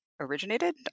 originated